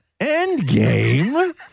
Endgame